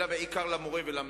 אלא בעיקר למורה ולמלמד,